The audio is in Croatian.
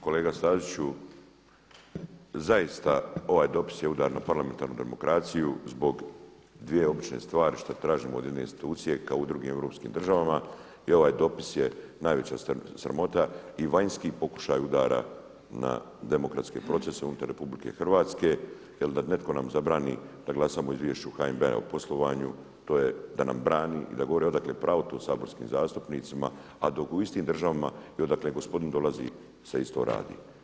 Kolega Staziću, zaista ovaj dopis je udar na parlamentarnu demokraciju zbog dvije obične stvari što tražimo od jedne institucije kao i u drugim europskim državama i ovaj dopis je najveća sramota i vanjski pokušaj udara na demokratske procese unutar RH jer da netko nam zabrani da glasamo o izvješću HNB-a u poslovanju, to je da nam brani i da govori odakle pravo to saborskim zastupnicima a dok u istim državama i odakle gospodin dolazi se isto radi.